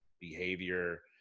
behavior